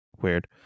Weird